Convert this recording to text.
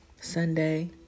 Sunday